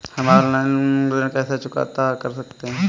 हम ऑनलाइन ऋण को कैसे चुकता कर सकते हैं?